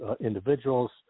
individuals